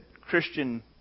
Christian